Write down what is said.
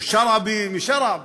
או שרעבי משרעב,